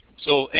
so,